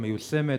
מיושמת,